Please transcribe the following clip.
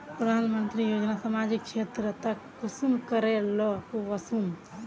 प्रधानमंत्री योजना सामाजिक क्षेत्र तक कुंसम करे ले वसुम?